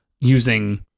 using